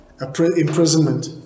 imprisonment